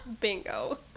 Bingo